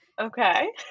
Okay